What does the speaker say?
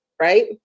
right